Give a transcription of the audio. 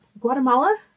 Guatemala